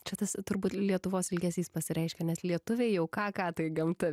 čia tas turbūt lietuvos ilgesys pasireiškė nes lietuviai jau ką ką tai gamtą